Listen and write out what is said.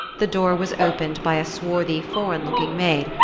the door was opened by a swarthy foreign-looking maid,